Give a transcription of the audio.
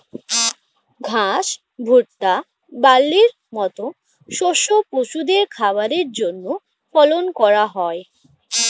ঘাস, ভুট্টা, বার্লির মত শস্য পশুদের খাবারের জন্যে ফলন করা হয়